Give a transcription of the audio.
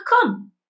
come